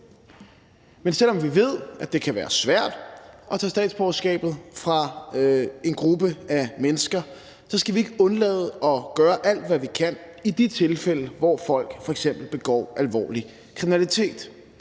Men selv om vi ved, at det kan være svært at tage statsborgerskabet fra en gruppe mennesker, skal vi ikke undlade at gøre alt, hvad vi kan, i de tilfælde, hvor folk f.eks. begår alvorlig kriminalitet